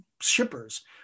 shippers